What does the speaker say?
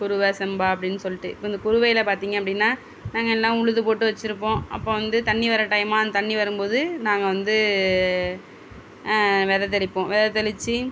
குருவை சம்பா அப்படின் சொல்லிட்டு இப்போ இந்த குருவையில் பார்த்திங்க அப்படின்னா நாங்கெல்லாம் உழுது போட்டு வெச்சுருப்போம் அப்போ வந்து தண்ணி வர டைமாம் தண்ணி வரும்போது நாங்கள் வந்து விதை தெளிப்போம் விதை தெளிச்சு